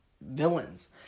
villains